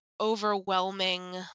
overwhelming